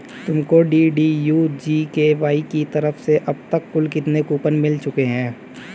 तुमको DDU GKY की तरफ से अब तक कुल कितने कूपन मिल चुके हैं?